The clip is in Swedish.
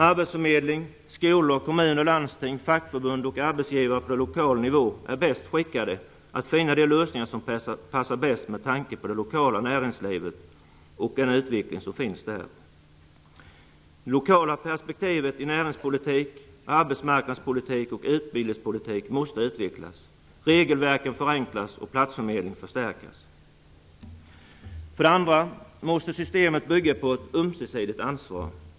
Arbetsförmedling, skolor, kommuner, landsting, fackförbund och arbetsgivare på lokal nivå är bäst skickade att finna de lösningar som passar bäst med tanke på det lokala näringslivet och den utveckling som finns där. Det lokala perspektivet i näringspolitiken, arbetsmarknadspolitiken och utbildningspolitiken måste utvecklas, regelverket förenklas och platsförmedlingen förstärkas. För det andra måste systemet bygga på ett ömsesidigt ansvar.